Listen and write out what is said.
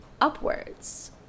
upwards